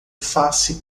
face